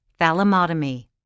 Thalamotomy